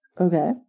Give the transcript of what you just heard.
Okay